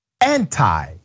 anti